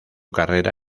carrera